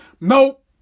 Nope